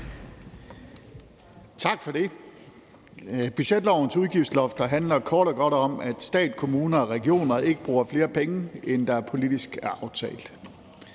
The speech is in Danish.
Tak for det. Budgetlovens udgiftslofter handler kort og godt om, at stat, kommuner og regioner ikke bruger flere penge, end der politisk er aftalt.